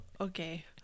Okay